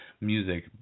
Music